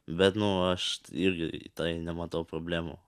bet nu aš irgi tai nematau problemų